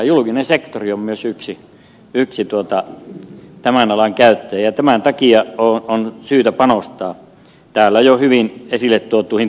julkinen sektori on myös yksi tämän alan käyttäjä ja tämän takia on syytä panostaa täällä jo hyvin esille tuotuihin asioihin kuten työsuojelu ja verohallinto